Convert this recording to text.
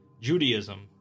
Judaism